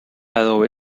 adobe